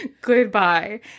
Goodbye